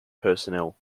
personnel